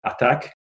attack